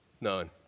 None